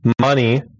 money